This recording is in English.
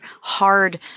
hard